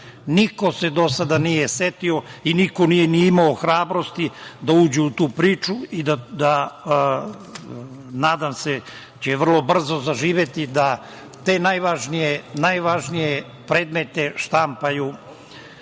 Niko se do sada nije setio i niko nije imao hrabrosti da uđe u tu priču. Nadam se da će vrlo brzo zaživeti da te najvažnije predmete štampa